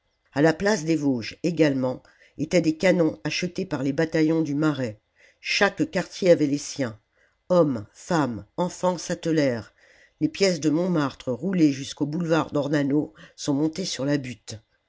la place des vosges également étaient des canons achetés par les bataillons du marais chaque quartier avait les siens hommes femmes enfants s'attelèrent les pièces de montmartre roulées jusqu'au boulevard ornano sont montées sur la butte